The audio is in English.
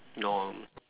no